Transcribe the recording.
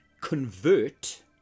convert